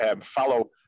follow